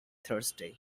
thursday